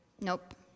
nope